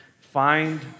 find